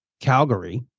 Calgary